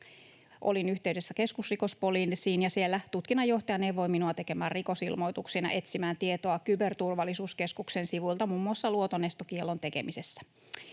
Olin yhteydessä keskusrikospoliisiin, ja siellä tutkinnanjohtaja neuvoi minua tekemään rikosilmoituksen ja etsimään tietoa Kyberturvallisuuskeskuksen sivuilta muun muassa luotonestokiellon tekemisessä.